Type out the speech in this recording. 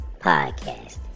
Podcast